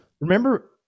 Remember